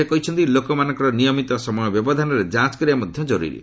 ସେ କହିଛନ୍ତି ଲୋକମାନଙ୍କର ନିୟମିତ ସମୟ ବ୍ୟବଧାନରେ ଯାଞ୍ କରିବା ମଧ୍ୟ ଜରୁରୀ